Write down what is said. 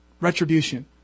retribution